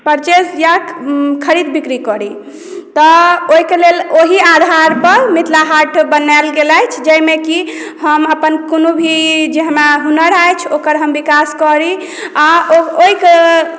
purchase या खरीद बिक्री करी तऽ ओहिके लेल ओहि आधार पर मिथिला हाटक बनायल गेल अछि जाहिमे कि हम अपन कोनोभी जे हमरा हुनर अछि ओकर हम विकास करी आ ओहिके